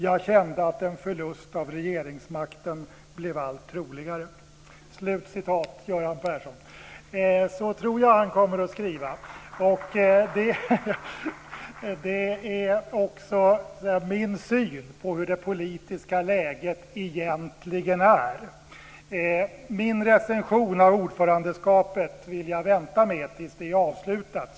Jag kände att en förlust av regeringsmakten blev allt troligare." Så tror jag att Göran Persson kommer att skriva. Det är också min syn på hur det politiska läget egentligen är. Min recension av ordförandeskapet vill jag vänta med tills det är avslutat.